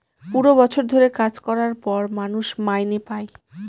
পুরো বছর ধরে কাজ করার পর মানুষ মাইনে পাই